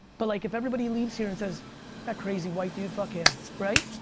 but like if everybody leaves here and says that crazy white dude, fuck him, right?